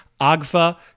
Agfa